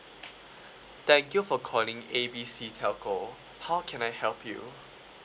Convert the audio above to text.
thank you for calling A B C telco how can I help you